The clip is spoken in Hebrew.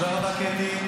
תודה רבה, קטי.